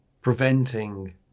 preventing